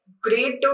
great